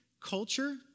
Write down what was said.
culture